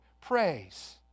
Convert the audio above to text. praise